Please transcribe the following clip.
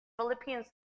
Philippians